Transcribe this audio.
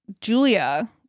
Julia